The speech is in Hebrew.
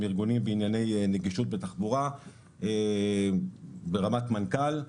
הארגונים בענייני נגישות ותחבורה ברמת מנכ"ל,